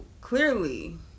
clearly